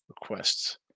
requests